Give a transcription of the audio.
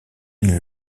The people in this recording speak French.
une